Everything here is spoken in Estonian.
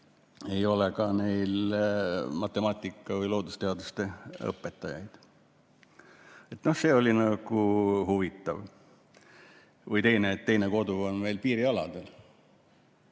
ei ole matemaatika‑ või loodusteaduste õpetajaid. See oli huvitav. Või see, et teine kodu on meil piirialadel.